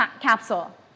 capsule